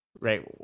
right